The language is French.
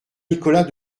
nicolas